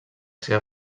seva